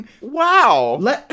Wow